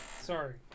Sorry